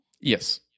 yes